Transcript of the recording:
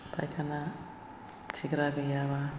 फाइखाना खिग्रा गैयाबा